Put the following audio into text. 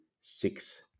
six